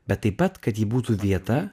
bet taip pat kad ji būtų vieta